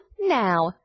now